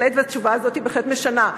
התשובה הזאת בהחלט משנה.